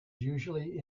usually